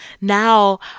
now